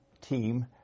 team